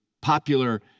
popular